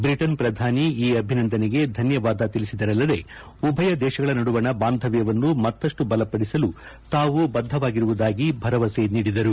Britain ಪ್ರಧಾನಿ ಈ ಅಭಿನಂದನೆಗೆ ಧನ್ಯವಾದ ತಿಳಿಸಿದರಲ್ಲದೆ ಉಭಯ ದೇಶಗಳ ನದುವಣ ಬಾಂಧವ್ಯವನ್ನು ಮತ್ತಷ್ನು ಬಲಪದಿಸಲು ತಾವು ಬದ್ದವಾಗಿರುವುದಾಗಿ ಭರವಸೆ ನೀಡಿದರು